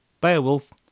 Beowulf